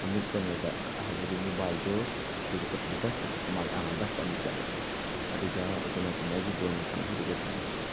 ꯑꯃꯨꯛ ꯀꯩꯅꯣꯗ ꯍꯥꯏꯕꯗꯤ ꯃꯨꯝꯕꯥꯏꯗꯣ ꯑꯩꯈꯣꯏꯅ ꯆꯠꯄꯗꯣ ꯕꯁꯇ ꯆꯠꯄ ꯃꯥꯜꯂꯦ ꯑꯥ ꯕꯁꯇ ꯑꯃꯨꯛ ꯆꯠꯂꯦ ꯑꯗꯨꯒ ꯎꯆꯤꯟ ꯅꯥꯆꯤꯟꯅ ꯑꯩꯒꯤ ꯕꯦꯟ ꯀꯥꯡꯕꯨꯗꯨꯒ ꯊꯦꯡꯅꯈꯤ